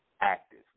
active